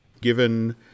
given